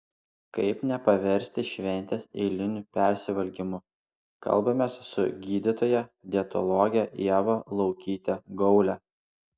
kaip nepaversti šventės eiliniu persivalgymu kalbamės su gydytoja dietologe ieva laukyte gaule